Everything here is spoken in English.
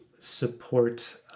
support